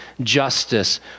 justice